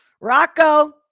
Rocco